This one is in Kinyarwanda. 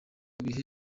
ibihe